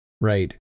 Right